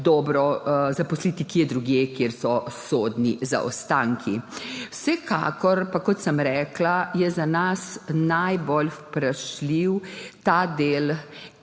dobro zaposliti kje drugje, kjer so sodni zaostanki. Vsekakor pa, kot sem rekla, je za nas najbolj vprašljiv del,